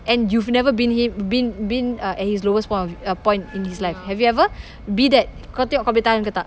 and you've never been he been been uh at his lowest point of uh point in his life have you ever be that kau tengok kau boleh tahan ke tak